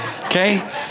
Okay